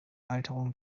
alterung